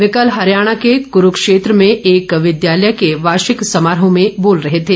वे कल हरियाणा के कुरूक्षेत्र में एक विद्यालय के वार्षिक समारोह में बोल रहे थे